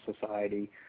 Society